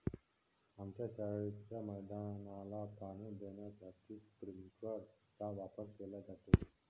आमच्या शाळेच्या मैदानाला पाणी देण्यासाठी स्प्रिंकलर चा वापर केला जातो